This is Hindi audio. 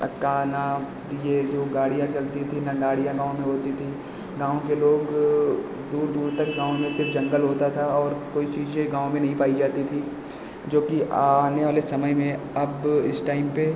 अक्का ना यह जो गाड़ियाँ चलती थी न गाड़ियाँ गाँव में होती थी गाँव के लोग दूर दूर तक गाँव में सिर्फ़ जंगल होता था और कोई चीज़ें गाँव में नहीं पाई जाती थी जो कि आने वाले समय में अब इस टाइम पर